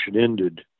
ended